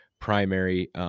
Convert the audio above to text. primary